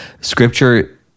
scripture